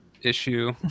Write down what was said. issue